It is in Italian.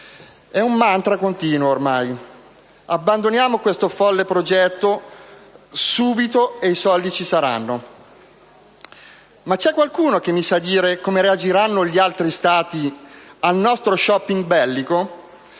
È un mantra continuo, ormai. Abbandoniamo questo folle progetto subito e i soldi ci saranno. Ma c'è qualcuno che mi sa dire come reagiranno gli altri Stati al nostro *shopping* bellico?